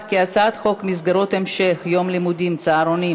ההצעה להעביר את הצעת חוק מסגרות המשך יום לימודים (צהרונים),